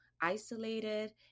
isolated